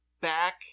back